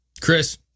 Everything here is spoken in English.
Chris